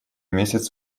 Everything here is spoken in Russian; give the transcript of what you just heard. месяц